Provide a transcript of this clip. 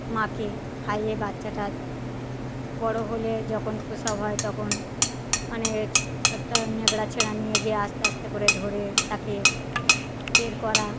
মাকে খাইয়ে বাচ্চাটা বড়ো হলে যখন প্রসব হয় তখন মানে ছো একটা ন্যাকড়া ছেড়া নিয়ে গিয়ে আস্তে আস্তে করে ধরে তাকে বের করা